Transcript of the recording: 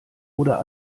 oder